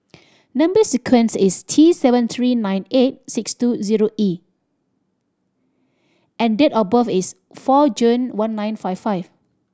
number sequence is T seven three nine eight six two zero E and date of birth is four June one nine five five